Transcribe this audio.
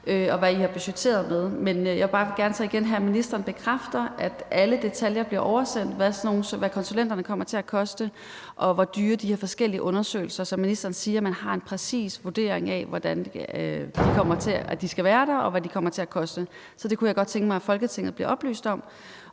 og hvad I har budgetteret med. Men jeg vil så igen bare gerne have, at ministeren bekræfter, at alle detaljer om, hvad konsulenterne kommer til at koste, bliver oversendt, og hvor dyre de her forskellige undersøgelser er, som ministeren siger at man har en præcis vurdering af skal være der og hvad kommer til at koste. Det kunne jeg godt tænke mig at Folketinget bliver oplyst om.